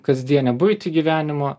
kasdienę buitį gyvenimo